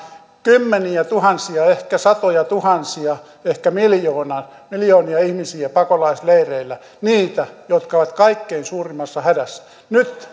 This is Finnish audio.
kymmeniätuhansia ehkä satojatuhansia ehkä miljoonia ihmisiä pakolaisleireillä niitä jotka ovat kaikkein suurimmassa hädässä nyt